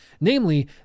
Namely